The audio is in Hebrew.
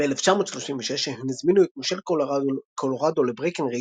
ב-1936 הן הזמינו את מושל קולורדו לברקנרידג'